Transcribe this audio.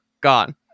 Gone